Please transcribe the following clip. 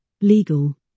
legal